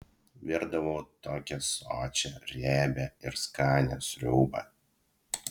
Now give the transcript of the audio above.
virdavau tokią sočią riebią ir skanią sriubą